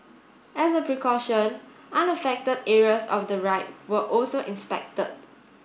as a precaution unaffected areas of the ride were also inspected